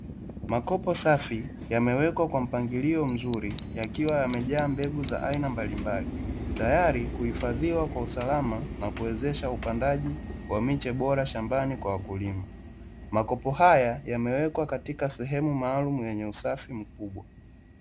Makopo safi yamewekwa kwa mpangilio mzuri yakiwa yamejaa mbegu za aina mbalimbali, tayari kuhifadhiwa kwa usalama wa kuwezesha upandaji wa miche bora shambani kwa wa le makopo haya yamewekwa katika sehemu maalumu yenye usafi.